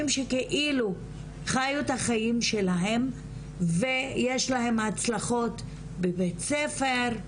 שכאילו חיו את החיים שלהם ויש להם הצלחות בבית ספר,